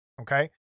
Okay